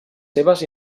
seves